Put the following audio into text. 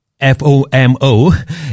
FOMO